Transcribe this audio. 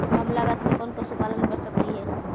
कम लागत में कौन पशुपालन कर सकली हे?